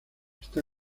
está